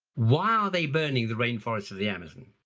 why are they burning the rainforest of the amazon?